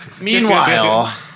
Meanwhile